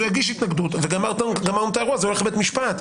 הוא יגיש התנגדות וגמרנו את האירוע כי זה ילך לבית המשפט.